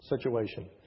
situation